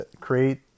create